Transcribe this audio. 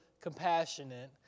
compassionate